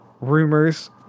rumors